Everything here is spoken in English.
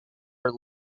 are